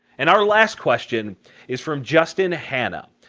and our last question is from justin hannah.